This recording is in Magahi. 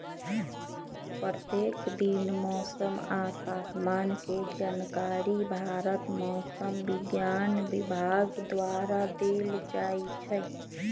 प्रत्येक दिन मौसम आ तापमान के जानकारी भारत मौसम विज्ञान विभाग द्वारा देल जाइ छइ